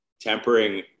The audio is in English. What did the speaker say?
tempering